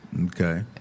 Okay